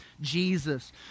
Jesus